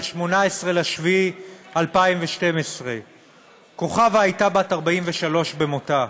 18 ביולי 2012. כוכבה הייתה בת 43 במותה.